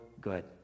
good